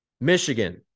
Michigan